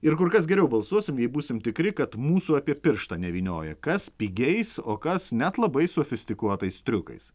ir kur kas geriau balsuosim jei būsim tikri kad mūsų apie pirštą nevynioja kas pigiais o kas net labai sofistikuotais triukais